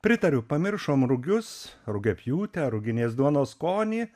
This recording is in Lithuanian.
pritariu pamiršom rugius rugiapjūtę ruginės duonos skonį